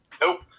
Nope